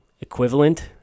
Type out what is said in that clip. equivalent